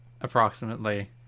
approximately